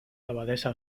abadesa